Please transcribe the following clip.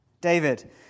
David